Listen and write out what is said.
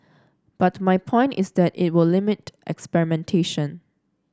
but my point is that it will limit experimentation